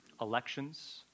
elections